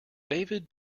david